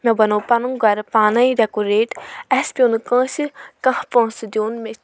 مےٚ بَنوٚو پَنُن گَرٕ پانے ڈیٚکُریٹ اسہِ پیوٚو نہٕ کٲنٛسہِ کانٛہہ پونٛسہٕ دیُن